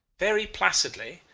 very placidly,